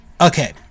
Okay